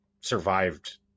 survived